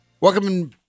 Welcome